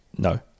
No